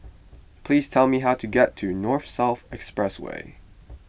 please tell me how to get to North South Expressway